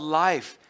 life